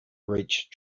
reach